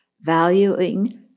valuing